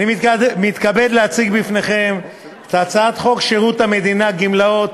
אני מתכבד להציג בפניכם את הצעת חוק שירות המדינה (גמלאות)